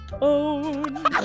own